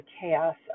chaos